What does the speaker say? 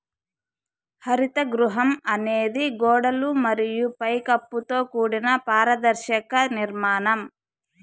హరిత గృహం అనేది గోడలు మరియు పై కప్పుతో కూడిన పారదర్శక నిర్మాణం